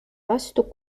vastu